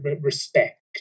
respect